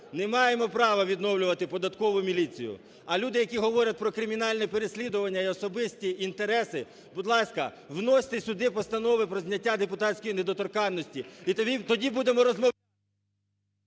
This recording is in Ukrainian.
Не маємо права відновлювати Податкову міліцію. А люди, які говорять про кримінальне переслідування і особисті інтереси, будь ласка, вносьте сюди постанови про зняття депутатської недоторканності і тоді будемо… (Оплески)